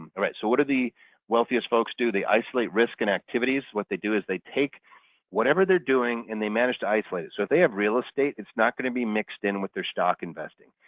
and right so what are the wealthiest folks do? they isolate risk and activities. what they do is they take whatever they're doing and they manage to isolate it. so if they have real estate, it's not going to be mixed in with their stock investing.